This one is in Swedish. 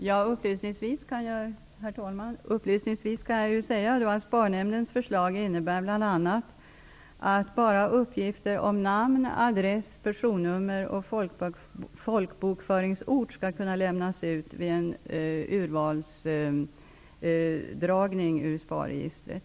Herr talman! Upplysningsvis kan jag säga att SPAR-nämndens förslag bl.a. innebär att bara uppgifter om namn, adress, personnummer och folkbokföringsort skall kunna lämnas ut vid utdrag ur SPAR-registret.